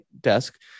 desk